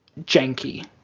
janky